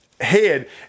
head